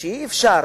שאי-אפשר